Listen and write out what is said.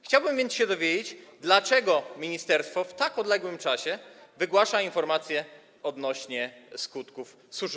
Chciałbym zatem się dowiedzieć, dlaczego ministerstwo w tak odległym czasie wygłasza informację na temat skutków suszy.